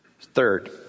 Third